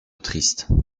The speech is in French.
triste